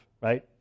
right